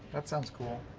that sounds cool.